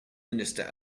minister